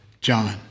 John